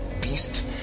beast